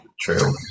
true